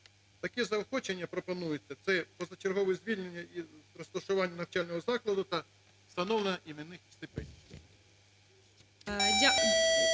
Такі заохочення пропонуються: це позачергове звільнення із розташувань навчального закладу та встановлення іменних стипендій.